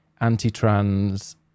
anti-trans